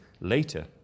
later